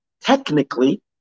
Technically